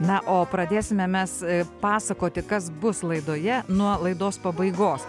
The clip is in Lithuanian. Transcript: na o pradėsime mes pasakoti kas bus laidoje nuo laidos pabaigos